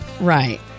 Right